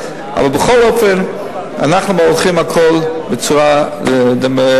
אבל בכל אופן אנחנו הולכים עם הכול בצורה דמוקרטית.